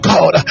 God